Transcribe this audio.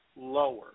lower